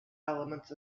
elements